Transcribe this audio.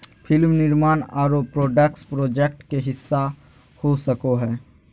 film निर्माण आरो production project के हिस्सा हो सको हय